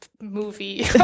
movie